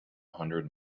hundred